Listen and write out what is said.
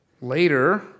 Later